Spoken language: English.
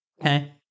Okay